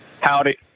Howdy